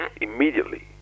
Immediately